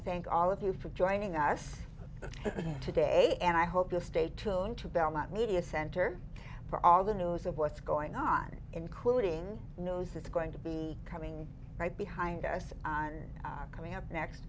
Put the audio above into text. thank all of you for joining us today and i hope to stay tuned to belmont media center for all the news of what's going on including knows it's going to be coming right behind us on coming up next